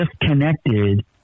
disconnected